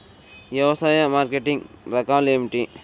వ్యవసాయ మార్కెటింగ్ రకాలు ఏమిటి?